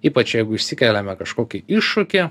ypač jeigu išsikeliame kažkokį iššūkį